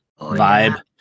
vibe